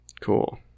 Cool